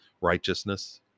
righteousness